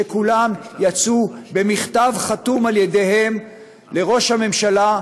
כולם יצאו במכתב חתום על-ידיהם לראש הממשלה,